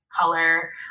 color